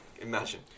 Imagine